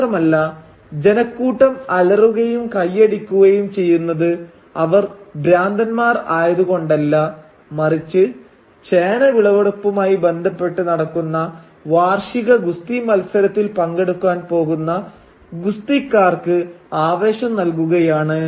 മാത്രമല്ല ജനക്കൂട്ടം അലറുകയും കയ്യടിക്കുകയും ചെയ്യുന്നത് അവർ ഭ്രാന്തന്മാർ ആയതു കൊണ്ടല്ല മറിച്ച് ചേന വിളവെടുപ്പുമായി ബന്ധപ്പെട്ട് നടത്തുന്ന വാർഷിക ഗുസ്തി മത്സരത്തിൽ പങ്കെടുക്കാൻ പോകുന്ന ഗുസ്തിക്കാർക്ക് ആവേശം നൽകുകയാണ്